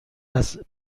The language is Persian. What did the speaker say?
نذری